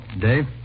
Dave